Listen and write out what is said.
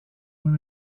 when